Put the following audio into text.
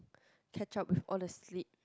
catch up with all the sleep